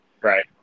Right